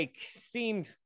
seemed